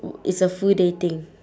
it's a full day thing